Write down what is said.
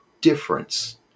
difference